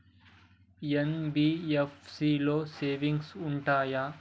NBFC లో savings ఉంటయా?